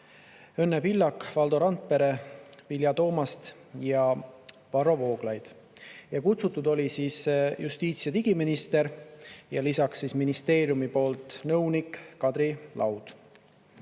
Õnne Pillak, Valdo Randpere, Vilja Toomast ja Varro Vooglaid. Ja kutsutud oli justiits- ja digiminister ja lisaks ministeeriumi nõunik Kadri Laud.